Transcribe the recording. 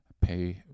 pay